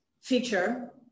feature